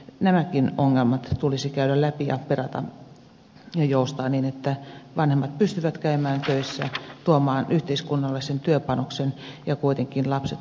nämäkin ongelmat tulisi käydä läpi ja perata ja joustaa niin että vanhemmat pystyvät käymään töissä tuomaan yhteiskunnalle sen työpanoksen ja kuitenkin lapset hoituvat